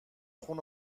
خون